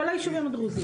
כל הישובים הדרוזים,